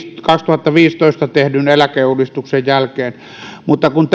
kaksituhattaviisitoista tehdyn eläkeuudistuksen jälkeen mutta kun